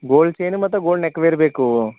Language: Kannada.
ಗೋಲ್ಡ್ ಚೈನು ಮತ್ತು ಗೋಲ್ಡ್ ನೆಕ್ವೇರ್ ಬೇಕು